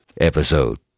episode